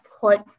put